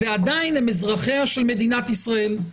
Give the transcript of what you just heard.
ועדיין הם אזרחיה של מדינת ישראל.